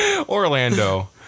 Orlando